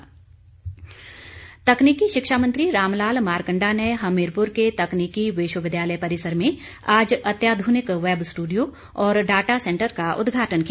मारकंडा तकनीकी शिक्षा मंत्री रामलाल मारकंडा ने हमीरपुर के तकनीकी विश्वविद्यालय परिसर में आज अत्याध्रनिक वैब स्ट्रडियो और डाटा सेंटर का उदघाटन किया